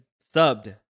subbed